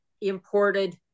imported